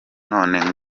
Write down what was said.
none